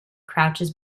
crouches